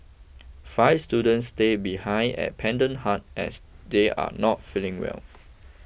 five students stay behind at Pendant Hut as they are not feeling well